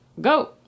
go